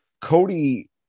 Cody